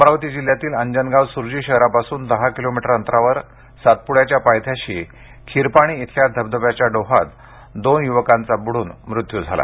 अमरावती जिल्ह्यातील अंजनगाव सुर्जी शहरापासून दहा किलोमीटर अंतरावर सातपुड्याच्या पायथ्याशी खीर पाणी येथील धबधब्याच्या डोहात दोन युवकांचा बुडून मृत्यू झाला आहे